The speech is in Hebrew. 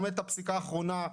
גם את הפסיקה האחרונה,